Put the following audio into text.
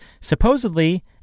supposedly